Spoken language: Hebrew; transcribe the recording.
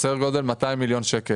בסדר גודל של כ-200 מיליון ₪.